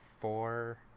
four